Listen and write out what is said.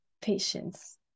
Patience